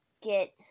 Get